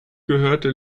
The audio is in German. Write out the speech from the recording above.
gehörte